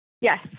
Yes